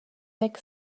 deg